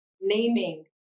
naming